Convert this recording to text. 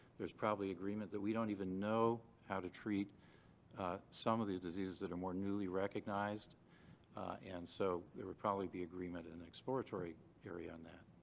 there's probably agreement that we don't even know how to treat some of these diseases that are more newly recognized and so there would probably be agreement in an exploratory area on that.